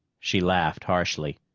she laughed harshly.